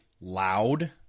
loud